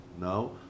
now